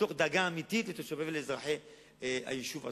מתוך דאגה אמיתית לתושבים ולאזרחים של היישוב עצמו.